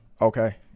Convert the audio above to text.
Okay